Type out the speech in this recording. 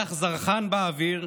ריח זרחן באוויר,